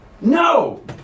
No